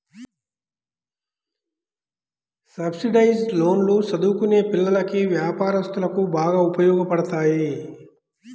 subsidised లోన్లు చదువుకునే పిల్లలకి, వ్యాపారస్తులకు బాగా ఉపయోగపడతాయి